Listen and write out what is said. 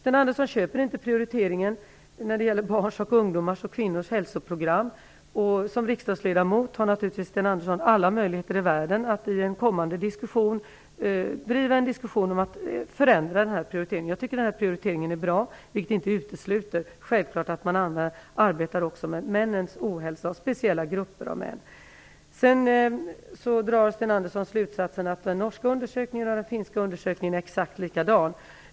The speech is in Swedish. Sten Andersson köper inte prioriteringen av barns, ungdomars och kvinnors hälsoprogram. Som riksdagsledamot har naturligtvis Sten Andersson alla möjligheter i världen att i en kommande diskussion argumentera för att förändra denna prioritering. Jag tycker att den är bra, men den utesluter självfallet inte att man också arbetar med mäns, och speciella grupper av mäns, ohälsa. Sten Andersson drar slutsatsen att den norska och den finska undersökningen är exakt likadana som den svenska.